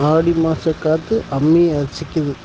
ஆடி மாதம் காற்று அம்மியை அசைக்கிறது